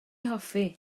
hoffi